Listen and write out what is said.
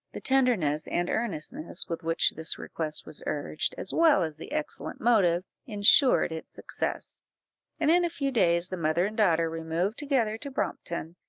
the tenderness and earnestness with which this request was urged, as well as the excellent motive, ensured its success and in a few days the mother and daughter removed together to brompton,